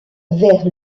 vers